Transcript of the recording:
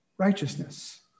Righteousness